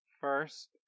first